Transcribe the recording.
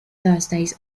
thursdays